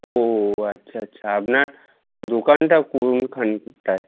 ও আচ্ছা আচ্ছা আপনার দোকানটা কোনখানে কোথায়